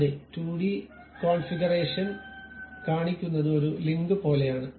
അതേ 2 D configuration കാണിക്കുന്നത് ഒരു ലിങ്ക് പോലെയാണ്